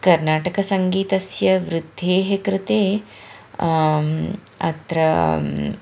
कर्नाटकसङ्गीतस्य वृद्धेः कृते अत्र